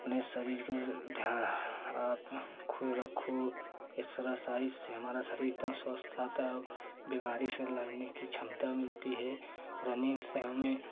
अपने शरीर के ध्यान आप आप खुद रखो एक्सरासाइज से हमारा शरीर एकदम स्वस्थ रहता हो बीमारी से लड़ने की क्षमता मिलती है और